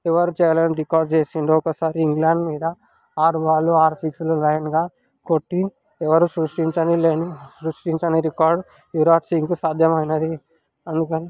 ఎవ్వరు చేయలేని రికార్డ్ చేసాడుఒకసారి ఇంగ్లాండ్ మీద ఆరు బాళ్ళు ఆరు సిక్స్లు లైన్గా కొట్టి ఎవ్వరు సృష్టించలేని సృష్టించని రికార్డ్ యువరాజ్ సింగ్కు సాధ్యమైనది అందుకని